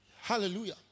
Hallelujah